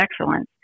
Excellence